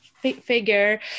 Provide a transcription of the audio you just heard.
figure